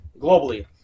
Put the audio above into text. globally